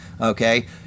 Okay